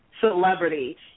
celebrity